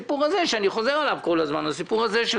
יש את הסיפור שאני חוזר עליו כל הזמן של תשלומי